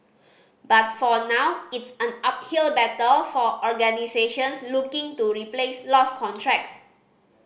but for now it's an uphill battle for organisations looking to replace lost contracts